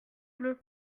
bleus